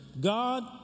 God